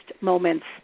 moments